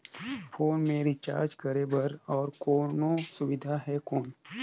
Phone मे recharge करे बर और कोनो सुविधा है कौन?